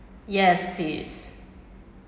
yes please